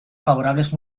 favorables